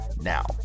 Now